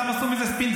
סתם עשו מזה ספין.